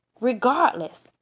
regardless